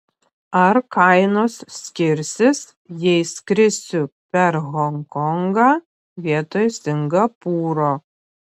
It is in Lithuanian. ar kainos skirsis jei skrisiu per honkongą vietoj singapūro